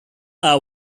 are